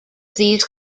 these